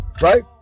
Right